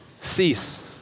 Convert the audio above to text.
Cease